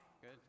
Good